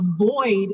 avoid